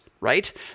right